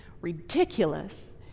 ridiculous